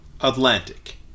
Atlantic